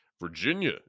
Virginia